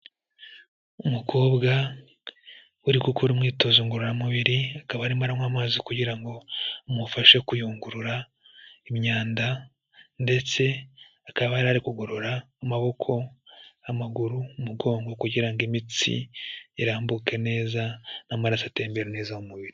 Umukobwa uri gukora umwitozo ngororamubiri, akaba arimo aranywa amazi kugira ngo amufashe kuyungurura imyanda ndetse akaba yari ari kugorora amaboko, amaguru, umugongo, kugira ngo imitsi irambuke neza n'amaraso atembera neza mu mubiri.